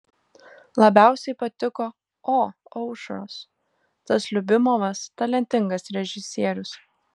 labiausiai patiko o aušros tas liubimovas talentingas režisierius